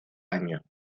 año